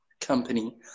company